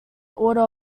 order